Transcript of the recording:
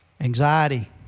Anxiety